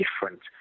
different